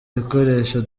ibikoresho